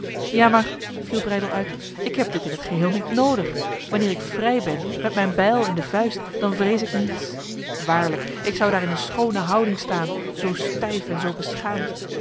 ja maar viel breydel uit ik heb dit in het geheel niet nodig wanneer ik vrij ben met mijn bijl in de vuist dan vrees ik niets waarlijk ik zou daar in een schone houding staan zo stijf en zo beschaamd